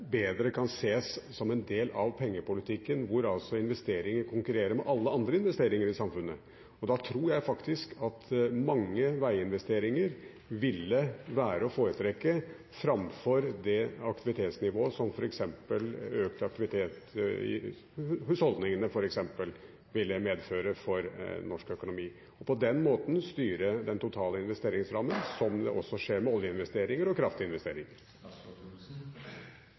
bedre kan ses som en del av pengepolitikken, hvor altså investeringer konkurrerer med alle andre investeringer i samfunnet. Da tror jeg faktisk at mange veiinvesteringer ville være å foretrekke framover det aktivitetsnivået som f.eks. økt aktivitet i husholdningene ville medføre for norsk økonomi, og på den måten styre den totale investeringsramme, som det også skjer med oljeinvesteringer og